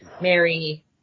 Mary